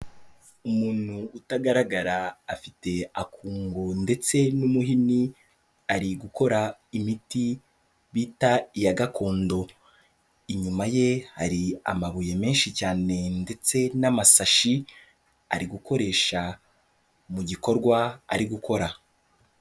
Umuntu utagaragara afite akungo ndetse n'umuhini ari gukora imiti bita iya gakondo, inyuma ye hari amabuye menshi cyane ndetse n'amasashi ari gukoresha mu gikorwa ari gukora.